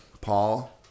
Paul